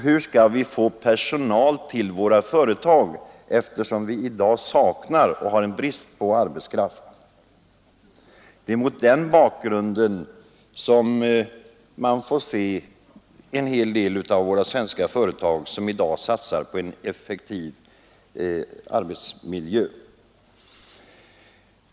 Hur skall vi få den personal som vi i dag saknar? Det är mot den bakgrunden som en hel del svenska företag i dag satsar på god arbetsmiljö.